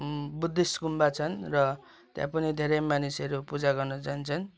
Buddhist गुम्बा छन् र त्यहाँ पनि धेरै मानिसहरू पूजा गर्न जान्छन्